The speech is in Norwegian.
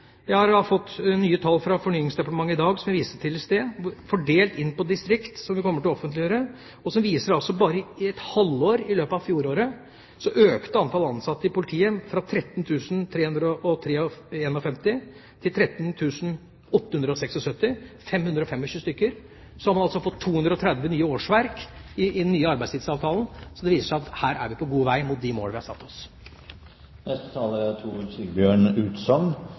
Jeg har fått nye tall fra Fornyingsdepartementet i dag – som jeg viste til i sted, og som vi kommer til å offentliggjøre – fordelt på distrikter, og som viser at bare i et halvår i løpet av fjoråret økte antallet ansatte i politiet fra 13 351 til 13 876 – 525 stykker. Så har man fått 230 nye årsverk i den nye arbeidstidsavtalen. Dette viser at vi her er på god vei mot de mål vi har satt oss. Jeg vil takke interpellanten for en veldig viktig interpellasjon; politiet er